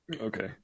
Okay